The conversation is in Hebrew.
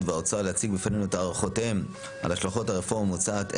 ומהאוצר להציג בפנינו את הערכותיהם על השלכות הרפורמה המוצעת,